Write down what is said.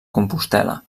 compostel·la